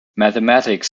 mathematics